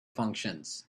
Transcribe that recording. functions